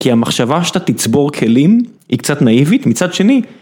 כי המחשבה שאתה תצבור כלים, היא קצת נאיבית. מצד שני,